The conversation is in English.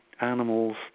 animals